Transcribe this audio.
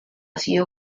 sido